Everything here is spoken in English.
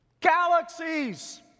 Galaxies